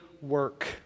work